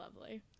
Lovely